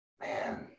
Man